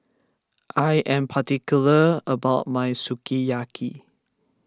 I am particular about my Sukiyaki